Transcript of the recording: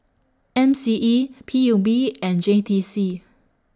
M C E P U B and J T C